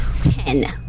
Ten